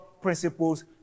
principles